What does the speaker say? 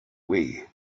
wii